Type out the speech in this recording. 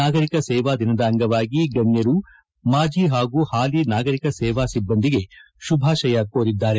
ನಾಗರಿಕ ಸೇವಾ ದಿನದ ಅಂಗವಾಗಿ ಗಣ್ಯರು ಮಾಜಿ ಪಾಗೂ ಪಾಲಿ ನಾಗರಿಕ ಸೇವಾ ಸಿಬ್ಬಂದಿಗೆ ಶುಭಾಶಯ ಕೋರಿದ್ದಾರೆ